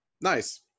Nice